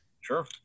Sure